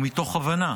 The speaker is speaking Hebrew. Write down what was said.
ומתוך הבנה